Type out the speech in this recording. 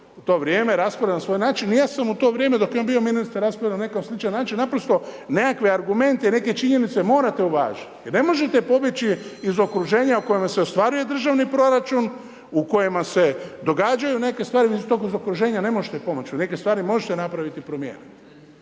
u to vrijeme raspravljao na svoj način, ja sam u to vrijeme dok je on bio ministar raspravljao na neki sličan način, naprosto nekakve argumente i neke činjenice morate uvažiti. Jer ne možete pobjeći iz okruženja u kojem se ostvaruje državni proračun, u kojima se događaju neke stvari, vi iz tog okruženja ne možete .../Govornik se ne razumije./... Neke stvari možete napraviti i promijeniti.